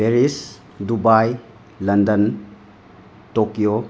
Paris Dubai London Tokyo